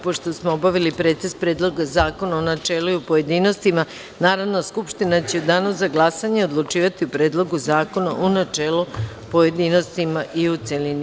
Pošto smo obavili pretres Predloga zakona u načelu i pojedinostima, Narodna skupština će u danu za glasanje odlučivati o Predlogu zakona u načelu, pojedinostima i u celini.